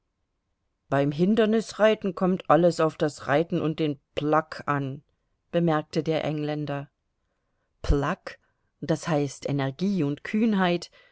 beim hindernisreiten kommt alles auf das reiten und den pluck an bemerkte der engländer pluck das heißt energie und kühnheit